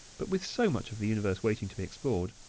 but, with so much of the universe waiting to be explored,